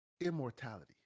immortality